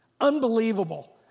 Unbelievable